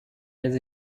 has